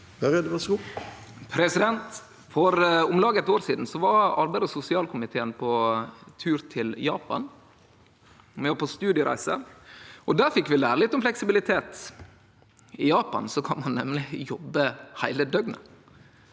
For om lag eit år sidan var arbeids- og sosialkomiteen på tur til Japan. Vi var på studiereise. Der fekk vi lære litt om fleksibilitet. I Japan kan ein nemleg jobbe heile døgnet.